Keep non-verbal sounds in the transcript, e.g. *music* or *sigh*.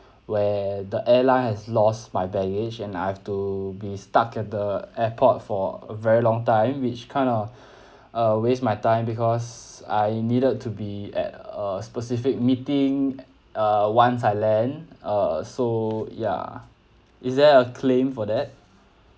where the airline has lost my baggage and I've to be stuck at the airport for a very long time which kind of *breath* uh waste my time because I needed to be at a specific meeting uh uh once I land uh so ya is there a claim for that